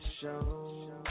show